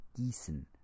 Gießen